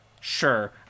Sure